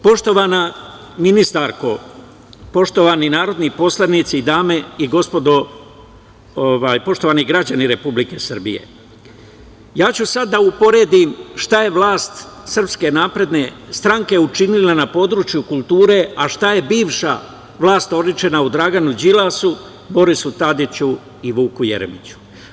Poštovana ministarko, poštovani narodni poslanici, poštovani građani Republike Srbije, sada ću da uporedim šta je vlast SNS učinila na području kulture, a šta je bivša vlast oličena u Draganu Đilasu, Borisu Tadiću i Vuku Jeremiću.